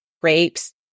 grapes